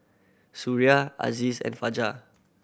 Suria Aziz and Fajar